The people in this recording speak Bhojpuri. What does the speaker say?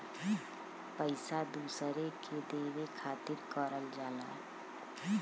पइसा दूसरे के देवे खातिर करल जाला